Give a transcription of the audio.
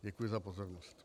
Děkuji za pozornost.